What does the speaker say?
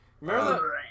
Remember